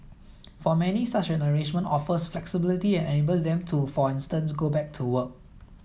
for many such an arrangement offers flexibility and enables them to for instance go back to work